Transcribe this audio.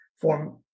Form